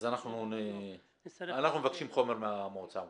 אנחנו מבקשים חומר מהמועצה המקומית.